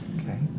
Okay